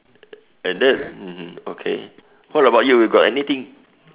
and that mmhmm okay what about you you got anything